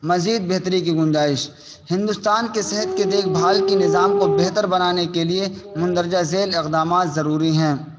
مزید بہتری کی گنجائش ہندوستان کے صحت کے دیکھ بھال کے نظام کو بہتر بنانے کے لیے مندرجہ ذیل اقدامات ضروری ہیں